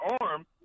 arm